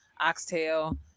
oxtail